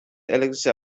elixir